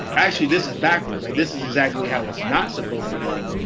actually, this is backwards. this is exactly how it's not supposed to go.